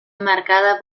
enmarcada